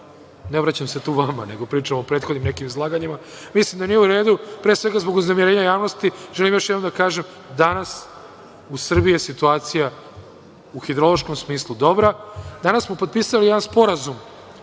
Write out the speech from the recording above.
ne obraćam se tu vama, nego pričam o nekim prethodnim izlaganjima, mislim da nije u redu, pre svega zbog uznemirenja javnosti, želim još jednom da kažem, danas u Srbiji je situacija u hidrološkom smislu dobra. Danas smo potpisali jedan Sporazum